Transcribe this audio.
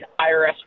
IRS